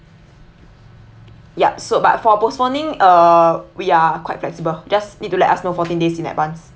yup so but for postponing uh we are quite flexible just need to let us know fourteen days in advance